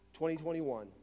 2021